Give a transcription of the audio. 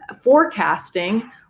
forecasting